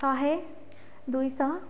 ଶହେ ଦୁଇଶହ